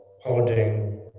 holding